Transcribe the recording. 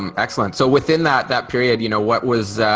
um excellent so within that that period you know what was,